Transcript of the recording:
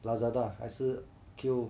Lazada 还是 Q